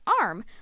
arm